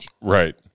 Right